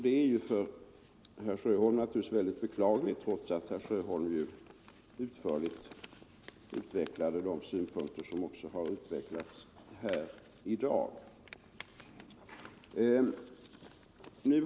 Det är naturligtvis för herr Sjöholm mycket beklagligt eftersom herr Sjöholm även då utförligt utvecklade de synpunkter som han utvecklat här i dag.